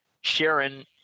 sharon